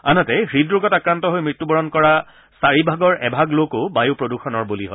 আনহাতে হৃদৰোগত আক্ৰান্ত হৈ মৃত্যুবৰণ কৰা চাৰি ভাগৰ এভাগ লোকো বায়ু প্ৰদুষণৰ বলি হয়